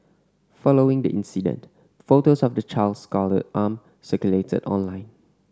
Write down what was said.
following the incident photos of the child's scalded arm circulated online